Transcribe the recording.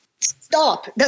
Stop